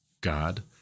God